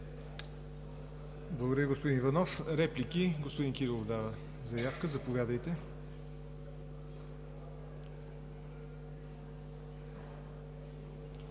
Благодаря, господин Иванов. Реплики? Господин Кирилов дава заявка. Заповядайте.